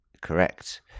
Correct